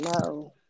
no